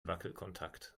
wackelkontakt